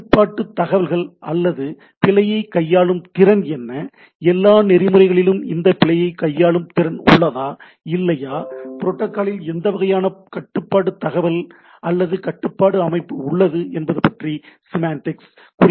கட்டுப்பாட்டுத் தகவல்கள் அல்லது பிழையைக் கையாளும் திறன் என்ன எல்லா நெறிமுறையிலும் இந்த பிழையைக் கையாளும் திறன் உள்ளதா இல்லையா புரோட்டோகாலில் எந்த வகையான கட்டுப்பாட்டு தகவல் அல்லது கட்டுப்பாட்டு அமைப்பு உள்ளது என்பது பற்றி சிமெண்டிக்ஸ் குறிக்கிறது